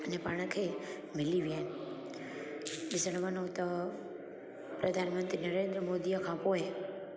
अने पाण खे मिली विया आहिनि ॾिसण वञू त प्रधानमंत्री नरेन्द्र मोदीअ खां पोइ